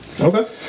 Okay